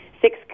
six